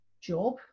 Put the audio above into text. job